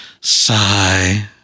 Sigh